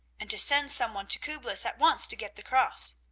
and to send some one to kublis at once to get the cross.